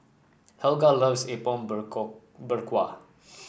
Helga loves Apom Berkuah